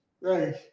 Right